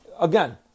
Again